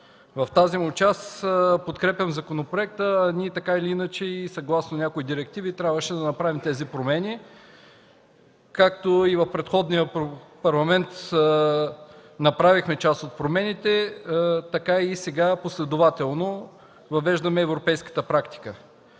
В тази му част подкрепям законопроекта. Ние, така или иначе, съгласно някои директиви трябваше да направим тези промени. Както в предходния Парламент направихме част от промените, така и сега последователно въвеждаме европейската практика.